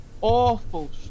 awful